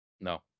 No